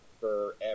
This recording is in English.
forever